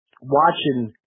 watching